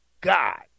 God